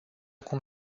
cum